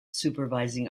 supervising